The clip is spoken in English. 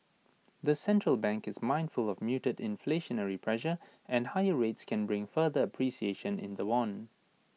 the central bank is mindful of muted inflationary pressure and higher rates can bring further appreciation in the won